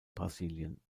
brasilien